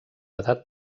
edat